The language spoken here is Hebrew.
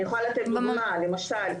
אני יכולה לתת דוגמה: למשל,